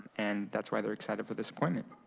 and that's why they're excited for this appointment.